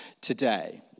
today